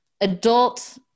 adult